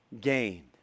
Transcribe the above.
gained